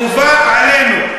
חובה עלינו.